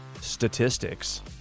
Statistics